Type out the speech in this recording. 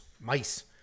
Mice